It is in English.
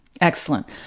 Excellent